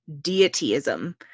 deityism